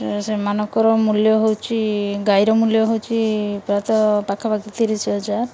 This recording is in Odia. ସେମାନଙ୍କର ମୂଲ୍ୟ ହେଉଛି ଗାଈର ମୂଲ୍ୟ ହେଉଛି ପ୍ରାୟତଃ ପାଖାପାଖି ତିରିଶ ହଜାର